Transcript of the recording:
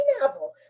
novel